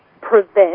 prevent